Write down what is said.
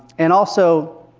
and also,